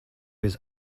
his